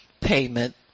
payment